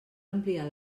ampliar